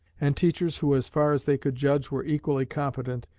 and teachers who as far as they could judge were equally competent,